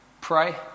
pray